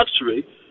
luxury